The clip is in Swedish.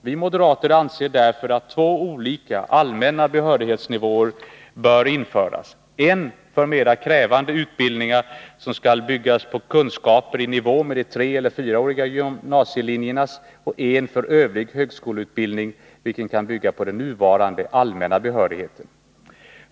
Vi moderater anser därför att två olika allmänna behörighetsnivåer bör införas: en för mera krävande utbildningar som skall bygga på kunskaper i nivå med de treeller fyraåriga gymnasielinjernas, och en för övrig högskoleutbildning, vilken kan bygga på den nuvarande allmänna behörigheten.